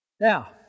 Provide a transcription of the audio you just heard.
Now